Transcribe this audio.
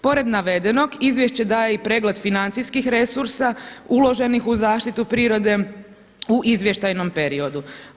Pored navedenog izvješće daje i pregled financijskih resursa uloženih u zaštitu prirode u izvještajnom periodu.